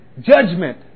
Judgment